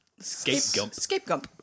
Scapegump